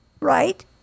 Right